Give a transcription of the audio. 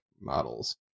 models